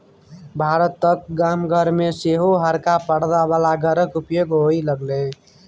भारतक गाम घर मे सेहो हरका परदा बला घरक उपयोग होए लागलै